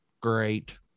Great